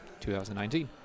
2019